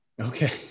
Okay